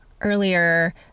earlier